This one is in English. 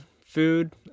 food